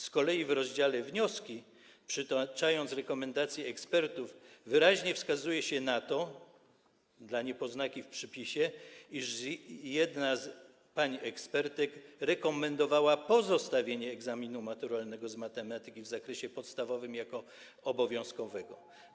Z kolei w rozdziale: Wnioski, przytaczając rekomendację ekspertów, wyraźnie wskazuje się na to, dla niepoznaki w przypisie, że jedna z pań ekspertek rekomendowała pozostawienie egzaminu maturalnego z matematyki w zakresie podstawowym jako obowiązkowego.